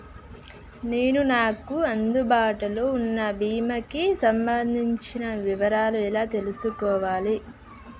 నేను నాకు అందుబాటులో ఉన్న బీమా కి సంబంధించిన వివరాలు ఎలా తెలుసుకోవాలి?